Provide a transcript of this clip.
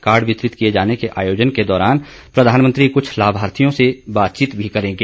card वितरित किए जाने के आयोजन के दौरान प्रधानमंत्री कुछ लाभार्थियों से बातचीत भी करेंगे